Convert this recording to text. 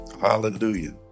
Hallelujah